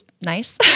nice